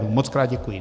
Mockrát děkuji.